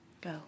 go